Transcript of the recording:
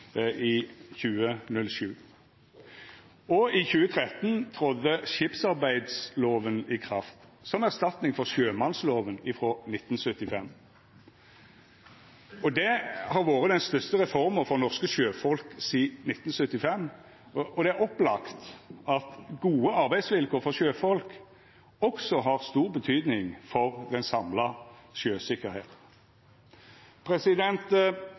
i 2007. Og i 2013 tredde skipsarbeidsloven i kraft, som erstatning for sjømannsloven frå 1975. Dette har vore den største reforma for norske sjøfolk sidan 1975, og det er opplagt at gode arbeidsvilkår for sjøfolk også har stor betydning for den samla